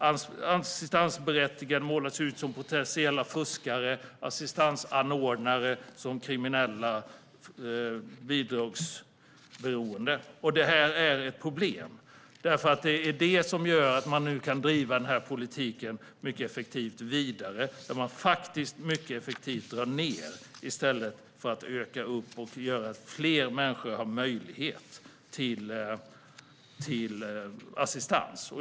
Assistansberättigade målas ut som potentiella fuskare och assistansanordnare som kriminella bidragsberoende. Det är ett problem. Det är nämligen det som gör att man nu kan driva denna politik vidare, där man faktiskt mycket effektivt drar ned i stället för att öka och göra så att fler människor har möjlighet till assistans.